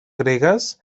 gregues